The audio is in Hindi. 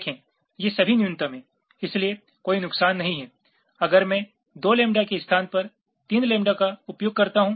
देखें ये सभी न्यूनतम हैं इसलिए कोई नुकसान नहीं है अगर मैं दो लैम्बडा के स्थान पर तीन लैम्बडा का उपयोग करता हूं